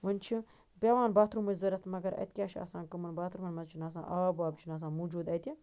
وَنہِ چھُ پیٚوان باتھرومٕچ ضوٚرتھ تہٕ مگر اتہِ کیٛاہ چھُ آسان کٕمن باتھروٗمن منٛز چھُ نہٕ آسان آب واب چھُ نہٕ آسان موٗجوٗد اَتہِ